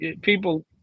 people